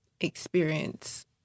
experience